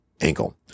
ankle